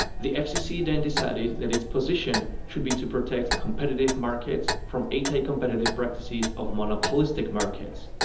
the fcc then decided that its position should be to protect competitive markets from anti-competitive practices of monopolistic markets.